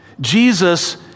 Jesus